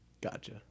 Gotcha